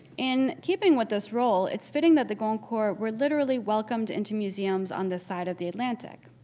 in keeping with this role, it's fitting that the goncourt were literally welcomed into museums on this side of the atlantic,